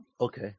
Okay